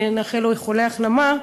ונאחל לו איחולי החלמה,